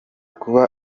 kuba